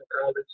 college